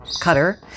cutter